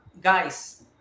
guys